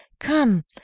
Come